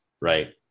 right